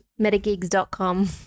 MetaGigs.com